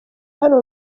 hano